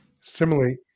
Similarly